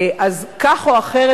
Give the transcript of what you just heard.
אז כך או אחרת,